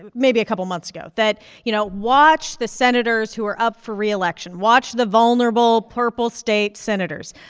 and maybe a couple months ago that you know, watch the senators who are up for reelection watch the vulnerable purple-state senators.